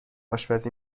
آشپزی